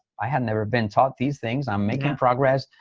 i hadn't ever been taught these things. i'm making progress.